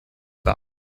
pas